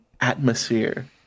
atmosphere